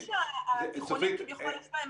פשוט אנחנו רואים שהתיכונים --- צופית,